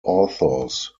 authors